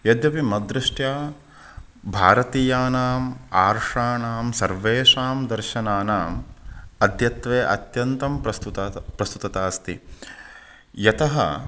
यद्यपि मद्दृष्ट्या भारतीयानाम् आर्षाणां सर्वेषां दर्शनानाम् अद्यत्वे अत्यन्तं प्रस्तुतता प्रस्तुतता अस्ति यतः